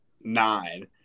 nine